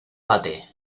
bate